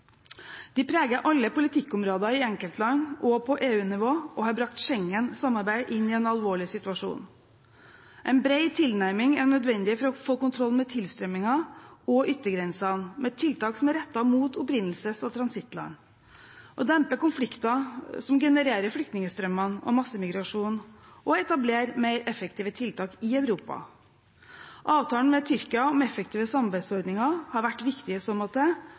De preger alle politikkområder i enkeltland og på EU-nivå og har brakt Schengen-samarbeidet inn i en alvorlig situasjon. En bred tilnærming er nødvendig for å få kontroll med tilstrømmingen og yttergrensene, med tiltak som er rettet mot opprinnelses- og transittland, og for å dempe konflikter som genererer flyktningstrømmer og massemigrasjon, og etablere mer effektive tiltak i Europa. Avtalen med Tyrkia om effektive samarbeidsordninger har vært viktig i så måte,